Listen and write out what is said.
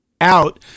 out